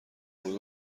بود